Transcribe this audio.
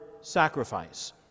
sacrifice